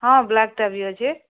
ହଁ ବ୍ଲାକ୍ଟା ବି ଅଛି